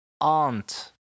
aunt